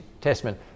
Testament